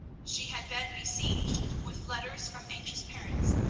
she had been besieged with letters from anxious parents,